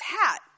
hat